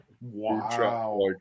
Wow